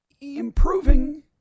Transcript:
improving